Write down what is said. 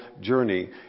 journey